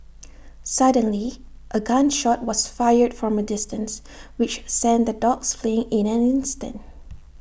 suddenly A gun shot was fired from A distance which sent the dogs fleeing in an instant